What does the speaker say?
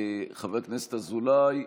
חבר הכנסת אזולאי,